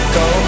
go